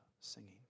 singing